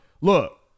Look